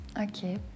Okay